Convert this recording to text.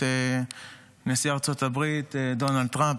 את נשיא ארצות הברית דונלד טראמפ.